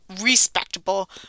respectable